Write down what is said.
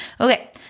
Okay